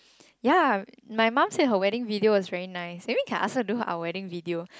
ya my mom said her wedding video was very nice maybe can ask her do our wedding video